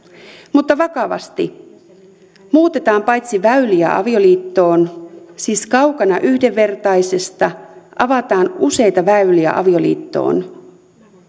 mutta vakavasti paitsi että muutetaan väyliä avioliittoon siis kaukana yhdenvertaisesta niin avataan useita väyliä avioliittoon